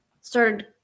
started